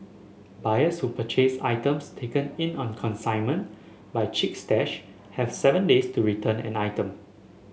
buyers who purchase items taken in on consignment by Chic Stash have seven days to return an item